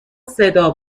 صدا